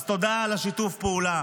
אז תודה על שיתוף הפעולה.